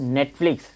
Netflix